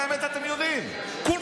את האמת אתם יודעים כולכם.